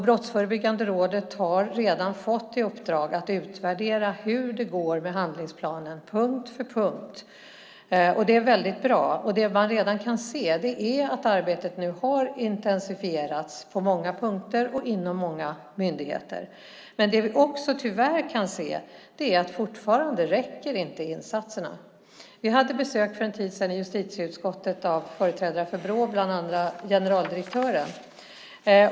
Brottsförebyggande rådet har redan fått i uppdrag att utvärdera hur det går med handlingsplanen punkt för punkt. Det är väldigt bra. Det man redan kan se är att arbetet har intensifierats på många punkter och inom många myndigheter. Det vi också tyvärr kan se är att insatserna fortfarande inte räcker. Vi hade besök för en tid sedan i justitieutskottet av företrädare för Brå, bland andra generaldirektören.